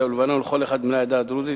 וללבנון לכל אחד מבני העדה הדרוזית,